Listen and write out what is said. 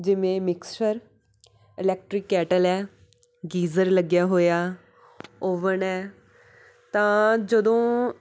ਜਿਵੇਂ mixture electric kettle ਹੈ geyser ਲੱਗਿਆ ਹੋਇਆ ਓਵਨ ਹੈ ਤਾਂ ਜਦੋਂ